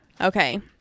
Okay